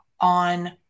on